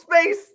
space